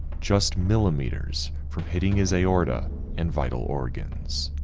just millimeters from hitting his aorta and vital organs.